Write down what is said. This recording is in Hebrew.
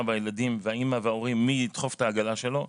בין הילדים וההורים מי ידחוף את העגלה שלו,